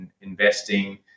investing